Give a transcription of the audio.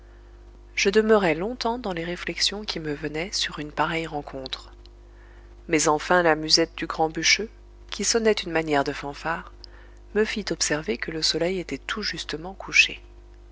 je demeurai longtemps dans les réflexions qui me venaient sur une pareille rencontre mais enfin la musette du grand bûcheux qui sonnait une manière de fanfare me fit observer que le soleil était tout justement couché